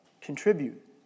Contribute